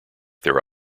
their